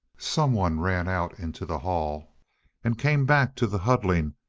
someone ran out into the hall and came back to the huddling,